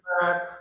back